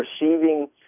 receiving